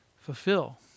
fulfill